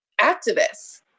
activists